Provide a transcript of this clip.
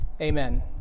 Amen